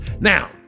Now